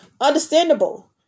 understandable